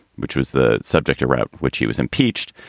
which was the subject about which he was impeached.